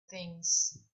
things